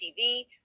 TV